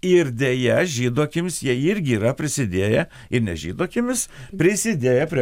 ir deja žydų akims jie irgi yra prisidėję ir ne žydų akimis prisidėję prie